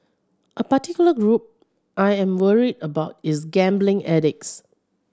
a particular group I am worried about is gambling addicts